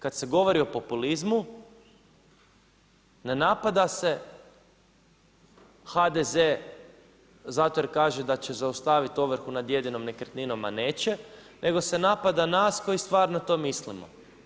Kada se govori o populizmu ne napada se HDZ zato jer kaže da će zaustaviti ovrhu nad jedinom nekretninom, a neće nego se napada nas koji stvarno to mislimo.